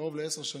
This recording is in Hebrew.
קרוב לעשר שנים,